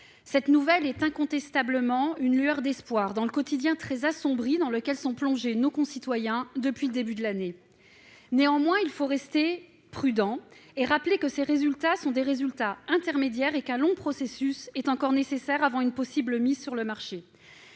Cette nouvelle est incontestablement une lueur d'espoir dans le quotidien très assombri où sont plongés nos concitoyens depuis le début de l'année. Néanmoins, il faut rester prudent et rappeler que ces résultats sont des résultats intermédiaires ; un long processus est encore nécessaire avant une possible mise sur le marché.